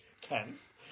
camps